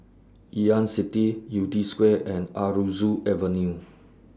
Ngee Ann City Yew Tee Square and Aroozoo Avenue